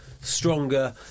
stronger